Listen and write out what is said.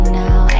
now